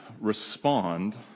respond